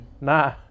nah